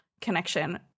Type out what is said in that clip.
connection